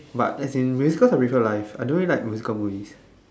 but as in musicals are musicals life I don't usually like musical movies